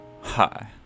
Hi